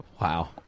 Wow